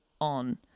on